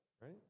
right